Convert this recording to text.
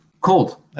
cold